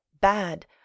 bad